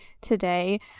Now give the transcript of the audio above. today